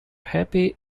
happy